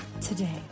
today